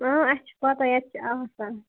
اَسہِ چھِ پتاہ ییٚتہِ چھِ آسان